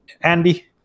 andy